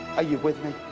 are you with me?